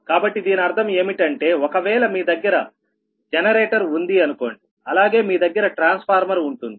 కాబట్టి దీని అర్థం ఏమిటి అంటే ఒకవేళ మీ దగ్గర జనరేటర్ ఉంది అనుకోండి అలాగే మీ దగ్గర ట్రాన్స్ఫార్మర్ ఉంటుంది